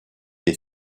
des